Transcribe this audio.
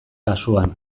kasuan